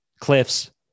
cliffs